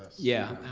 yeah,